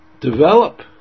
develop